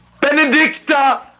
Benedicta